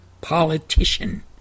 politician